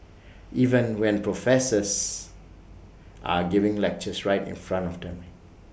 even when professors are giving lectures right in front of them